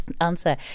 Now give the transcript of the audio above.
answer